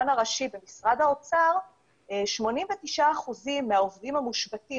הראשי במשרד האוצר 89% מהעובדים המושבתים,